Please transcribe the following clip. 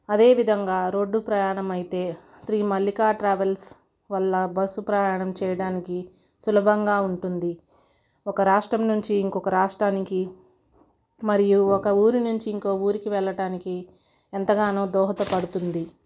అదేవిధంగా రోడ్ ప్రయాణం అయితే శ్రీ మల్లికా ట్రావెల్స్ వాళ్ళ బస్ ప్రయాణం చేయడానికి సులభంగా ఉంటుంది ఒక రాష్ట్రం నుంచి ఇంకొక రాష్ట్రానికి మరియు ఒక ఊరు నుంచి ఇంకొక ఊరికి వెళ్ళటానికి ఎంతగానో దోహద పడుతుంది